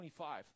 25